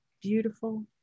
Beautiful